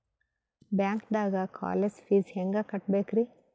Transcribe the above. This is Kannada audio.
ಬ್ಯಾಂಕ್ದಾಗ ಕಾಲೇಜ್ ಫೀಸ್ ಹೆಂಗ್ ಕಟ್ಟ್ಬೇಕ್ರಿ?